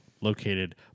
located